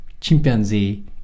chimpanzee